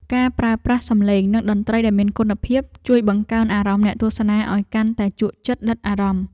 ការប្រើប្រាស់សំឡេងនិងតន្ត្រីដែលមានគុណភាព ជួយបង្កើនអារម្មណ៍អ្នកទស្សនាឱ្យកាន់តែជក់ចិត្តដិតអារម្មណ៍។